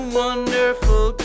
wonderful